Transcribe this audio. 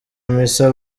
misa